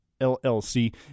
LLC